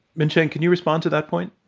minxin, can you respond to that point?